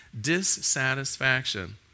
dissatisfaction